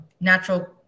natural